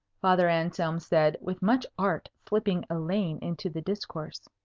father anselm said, with much art slipping elaine into the discourse.